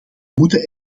moeten